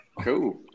cool